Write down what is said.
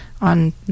on